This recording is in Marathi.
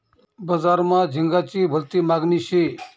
बजार मा झिंगाची भलती मागनी शे